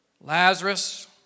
Lazarus